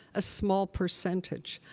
a small percentage.